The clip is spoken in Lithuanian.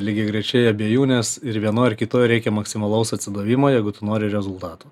lygiagrečiai abiejų nes ir vienoj ir kitoj reikia maksimalaus atsidavimo jeigu tu nori rezultatų